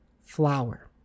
flower